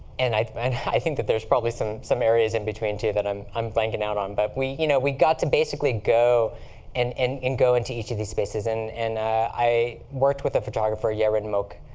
and i mean i think that there's probably some some areas in between, too, that i'm i'm blanking out on. but we you know we got to basically go and and go into each of these spaces. and and i worked with a photographer, ye rin mok,